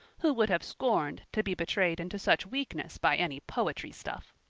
who would have scorned to be betrayed into such weakness by any poetry stuff.